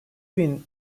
bin